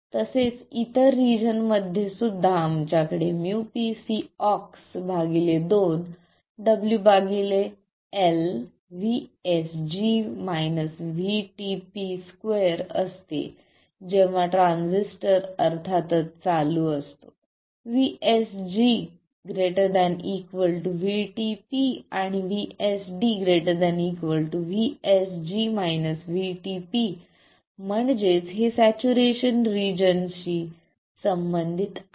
तसेच इतर रिजन मध्ये सुद्धा आमच्याकडे µpCox2 WL 2 असते जेव्हा ट्रान्झिस्टर अर्थातच चालू असतो VSG ≥ Vtp आणि VSD ≥ म्हणजेच हे सॅच्युरेशन रिजन शी संबंधित आहे